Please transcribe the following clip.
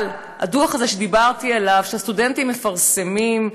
אבל הדוח הזה, שדיברתי עליו, שהסטודנטים מפרסמים,